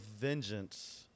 vengeance